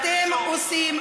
שאתם עושים,